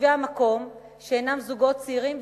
לתושבי המקום שהם זוגות צעירים,